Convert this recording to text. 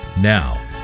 Now